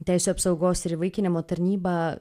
teisių apsaugos ir įvaikinimo tarnyba